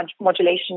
modulation